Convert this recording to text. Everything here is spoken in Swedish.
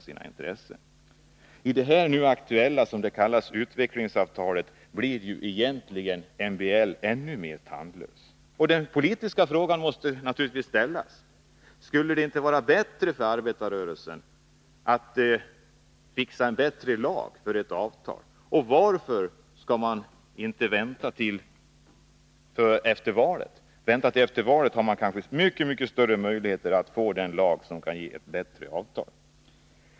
I det nu aktuella s.k. utvecklingsavtalet blir MBL egentligen ännu mer tandlös. Och den politiska frågan måste naturligtvis ställas: Skulle det inte vara fördelaktigare för arbetarrörelsen att fixa en bättre lag före ett avtal, och varför inte vänta till efter valet 1982? Då har man kanske mycket större möjligheter att få en lag som kan ge ett bättre avtal.